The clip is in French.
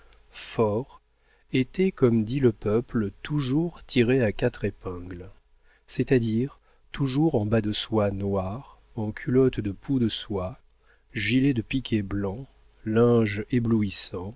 fort était comme dit le peuple toujours tiré à quatre épingles c'est-à-dire toujours en bas de soie noire en culotte de pou de soie gilet de piqué blanc linge